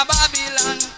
Babylon